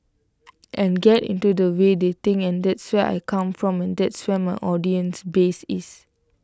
and get into the way they think and that's where I come from and that's where my audience base is